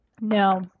no